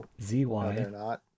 Z-Y